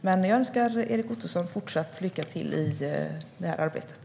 Men jag önskar Erik Ottoson fortsatt lycka till i det här arbetet.